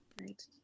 Right